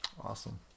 awesome